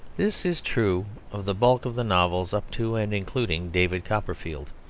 this is true of the bulk of the novels up to and including david copperfield,